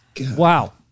Wow